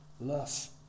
love